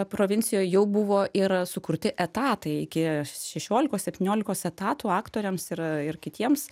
provincijoj jau buvo ir sukurti etatai iki šešiolikos septyniolikos etatų aktoriams ir ir kitiems